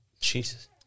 Jesus